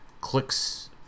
clicks